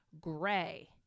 gray